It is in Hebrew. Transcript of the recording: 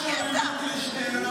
ושואלת את עצמי מה הקטע.